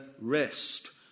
rest